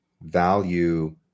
value